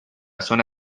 zona